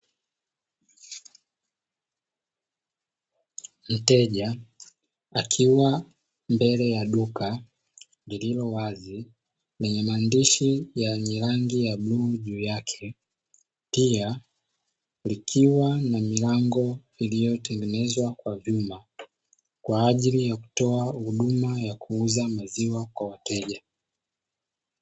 Mteja akiwa mbele ya duka lililowazi lenye maandishi yenye rangi ya bluu juu yake, pia likiwa na milango iliyotengenezwa kwa vyuma kwa ajili ya kutoa huduma ya kuuza maziwa kwa wateja.